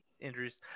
injuries